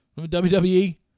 WWE